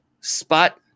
spot